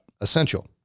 Essential